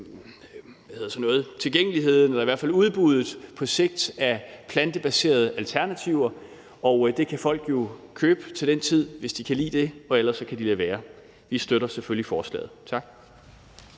tilgængeligheden eller i hvert fald udbuddet på sigt af plantebaserede alternativer, og det kan folk jo købe til den tid, hvis de kan lide det, og ellers kan de lade være. Vi støtter selvfølgelig forslaget. Tak.